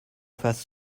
fasse